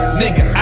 nigga